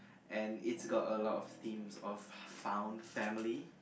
and its got alot of themes of like found family